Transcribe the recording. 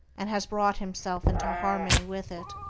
and has brought himself into harmony with it.